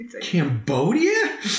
Cambodia